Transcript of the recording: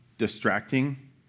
distracting